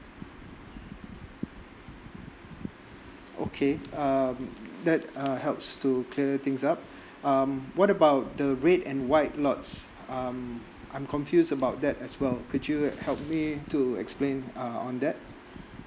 okay um that err helps to clear things up um what about the red and white lords um I'm confused about that as well could you help me to explain uh on that